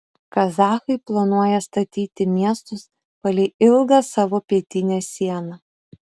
kazachai planuoja statyti miestus palei ilgą savo pietinę sieną